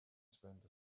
spent